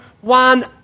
one